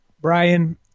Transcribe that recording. Brian